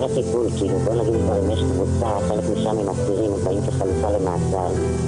אני אגיד שהנושא של הסטיגמה,